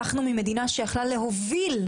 הפכנו ממדינה שיכלה להוביל,